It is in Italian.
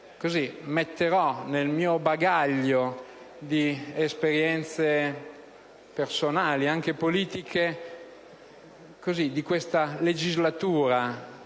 che metterò nel mio bagaglio di esperienze personali e anche politiche di questa legislatura